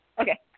Okay